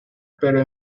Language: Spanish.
pero